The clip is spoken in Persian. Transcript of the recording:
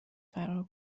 فرار